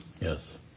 Yes